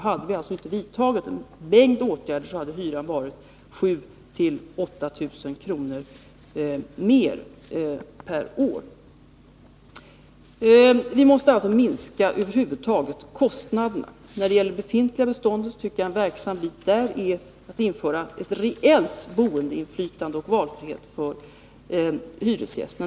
Hade vi inte vidtagit en mängd åtgärder, skulle hyran ha varit 7 000-8 000 kr. högre per år. Vi måste alltså över huvud taget minska kostnaderna. När det gäller det befintliga beståndet tycker jag att det är väsentligt att vi inför ett reellt boendeinflytande och valfrihet för hyresgästerna.